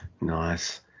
Nice